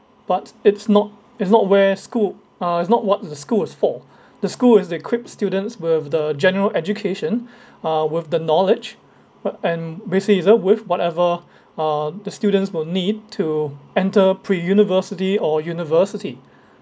but it's not it's not where school uh it's not what the school is for the school is to equip students with the general education uh with the knowledge uh and basic it serve with whatever uh the students will need to enter pre-university or university